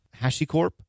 HashiCorp